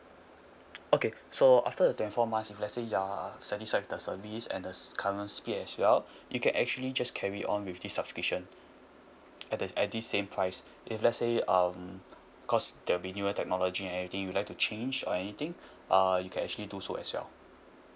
okay so after the twenty four months if let's say you're satisfied with the service and the current speed as well you can actually just carry on with this subscription at that at this same price if let's say um cause there'll be newer technology and anything you'd like to change or anything uh you can actually do so as well